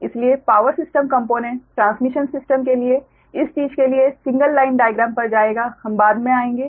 इसलिए power system component transmission system के लिए इस चीज़ के लिए सिंगल लाइन डायग्राम पर जाएगा हम बाद में आएंगे